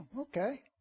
okay